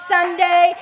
Sunday